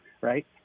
right